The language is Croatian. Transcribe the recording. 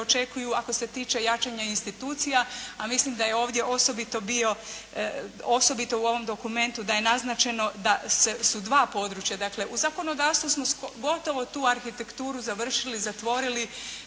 očekuju ako se tiče jačanja institucija, a mislim da je ovdje osobito bio, osobito u ovom dokumentu da je naznačeno da su dva područja. Dakle, u zakonodavstvu smo gotovo tu arhitekturu završili, zatvorili,